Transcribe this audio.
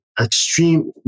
extreme